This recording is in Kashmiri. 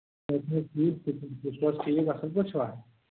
اَچھا ٹھیٖک اَصٕل پٲٹھۍ چھِوٕ